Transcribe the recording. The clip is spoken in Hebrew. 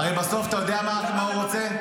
הרי בסוף אתה יודע מה הוא רוצה?